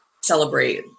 celebrate